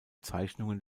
zeichnungen